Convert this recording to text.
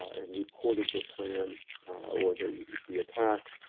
and reported the plan or the the attack.